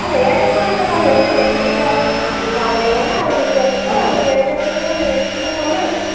ହଁ ରେଟ୍ କଣ ଏତେ କହିବ ଯେ ରେଟ୍ ଟିକେ ଆଉ କମେଇବ ନା ଆଉ ନିଜ ଲୋକ ଆଉ ରେଟ୍ ଏତେ କଣ କହୁଛ ରେଟ୍ ଟିକେ କମାଅ